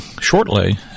shortly –